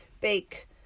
bake